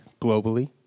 globally